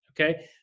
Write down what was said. Okay